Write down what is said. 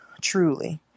truly